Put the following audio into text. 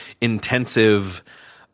intensive